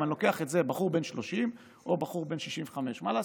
אם אני לוקח בחור בן 30 או בחור בן 65. מה לעשות,